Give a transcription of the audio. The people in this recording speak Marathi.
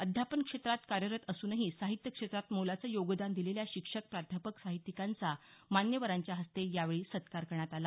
अध्यापन क्षेत्रात कार्यरत असूनही साहित्यक्षेत्रात मोलाचं योगदान दिलेल्या शिक्षक प्राध्यापक साहित्यिकांचा मान्यवरांच्या हस्ते यावेळी सत्कार करण्यात आला